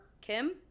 Kim